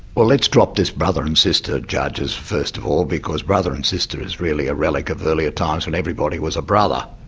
well let's drop this brother and sister judges first of all, because brother and sister is a really a relic of earlier times when everybody was a brother,